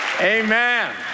Amen